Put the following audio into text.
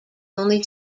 only